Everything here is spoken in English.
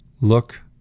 Look